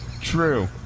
True